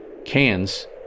Cans